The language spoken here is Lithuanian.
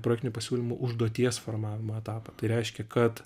projektinių pasiūlymų užduoties formavimo etapą tai reiškia kad